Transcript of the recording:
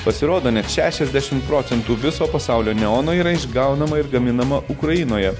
pasirodo net šešiasdešim procentų viso pasaulio neono yra išgaunama ir gaminama ukrainoje